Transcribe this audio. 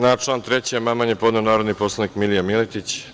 Na član 3. amandman je podneo narodni poslanik Milija Miletić.